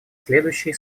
следующие